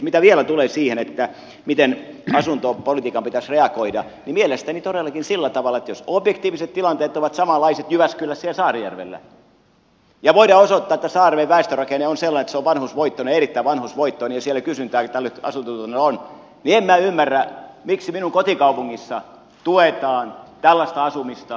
mitä vielä tulee siihen miten asuntopolitiikan pitäisi reagoida niin mielestäni todellakin sillä tavalla että jos objektiiviset tilanteet ovat samanlaiset jyväskylässä ja saarijärvellä ja voidaan osoittaa että saarijärven väestörakenne on sellainen että se on erittäin vanhusvoittoinen ja siellä kysyntää tälle asuntotuotannolle on niin en minä ymmärrä miksi minun kotikaupungissani tuetaan tällaista asumista mutta saarijärvellä ei